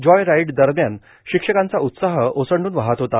Joy राईडदरम्यान शिक्षकांचा उत्साह ओसंड्रन वाहत होता